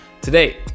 Today